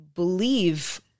believe